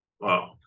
Wow